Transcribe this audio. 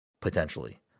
potentially